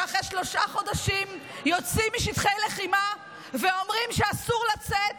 שאחרי שלושה חודשים יוצאים משטחי לחימה ואומרים שאסור לצאת